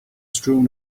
strewn